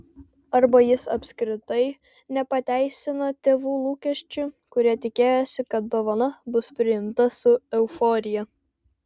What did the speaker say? arba jis apskritai nepateisina tėvų lūkesčių kurie tikėjosi kad dovana bus priimta su euforija